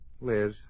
Liz